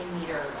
meter